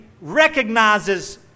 recognizes